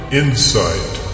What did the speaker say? insight